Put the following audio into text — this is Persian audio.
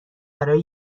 برای